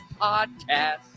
podcast